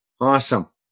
Awesome